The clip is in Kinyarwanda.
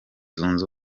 zunze